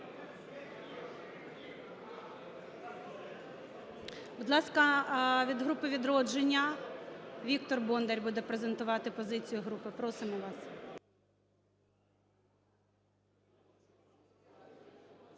Будь ласка, від групи "Відродження" Віктор Бондар буде презентувати позицію групи. Просимо вас.